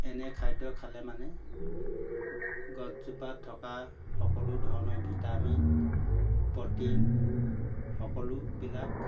এনে খাদ্য খালে মানে গছজোপা থকা সকলো ধৰণৰ ভিটামিন প্ৰ'টিন সকলোবিলাক